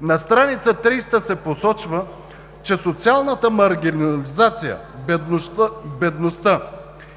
На страница 30 се посочва, че социалната маргинализация, бедността